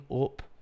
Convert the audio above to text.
up